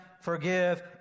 forgive